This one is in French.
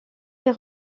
les